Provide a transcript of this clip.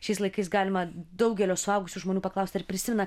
šiais laikais galima daugelio suaugusių žmonių paklaust ar prisimena